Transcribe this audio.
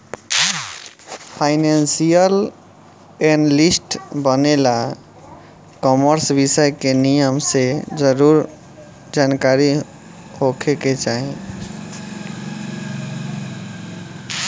financial analyst बने ला commerce विषय के निमन से जानकारी होखे के चाही